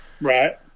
Right